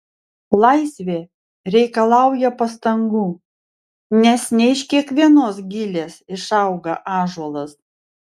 laisvė reikalauja pastangų nes ne iš kiekvienos gilės išauga ąžuolas